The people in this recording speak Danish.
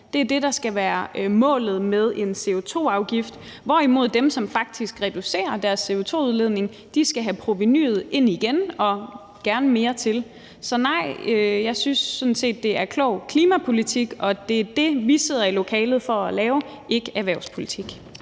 det er det, der skal være målet med en CO2-afgift – hvorimod dem, som faktisk reducerer deres CO2-udledning, skal have provenuet ind igen og gerne mere til. Så nej, jeg synes sådan set, det er klog klimapolitik, og det er det, vi sidder i lokalet for at lave, og ikke erhvervspolitik.